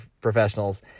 professionals